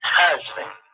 husband